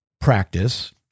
practice